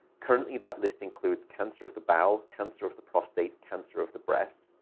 currently, that list includes cancer of the bowel, cancer of the prostate, cancer of the breast.